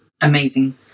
amazing